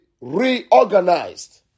reorganized